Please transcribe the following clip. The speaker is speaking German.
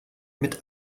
mit